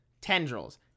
tendrils